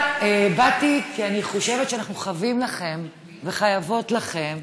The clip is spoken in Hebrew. אבל באתי כי אני חושבת שאנחנו חבים לכם וחייבות לכם,